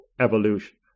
evolution